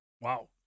Wow